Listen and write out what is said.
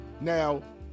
Now